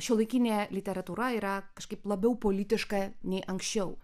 šiuolaikinė literatūra yra kažkaip labiau politiška nei anksčiau